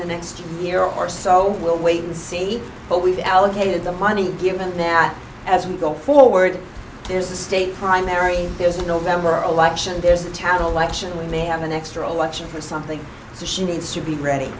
the next year or so we'll wait and see but we've allocated the money given that as we go forward there's a state primary there's november election there's a town election we may have an extra watching for something so she needs to be ready